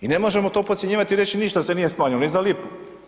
I ne možemo to podcjenjivati i reći ništa se nije smanjilo, ni za lipu.